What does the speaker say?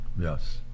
Yes